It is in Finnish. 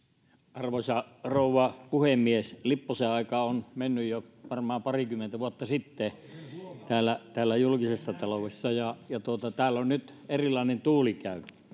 arvoisa rouva puhemies lipposen aika on mennyt jo varmaan parikymmentä vuotta sitten täällä täällä julkisessa taloudessa ja täällä käy nyt erilainen tuuli